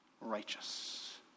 righteous